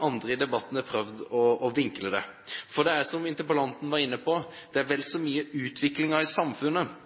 andre har prøvd å vinkle det i debatten. Det er som interpellanten var inne på, at det er vel så mye utviklingen i samfunnet